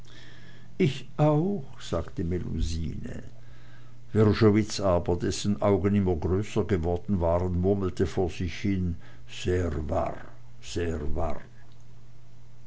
ich auch sagte melusine wrschowitz aber dessen augen immer größer geworden waren murmelte vor sich hin sehr warr sehr warr